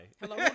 Hello